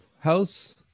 House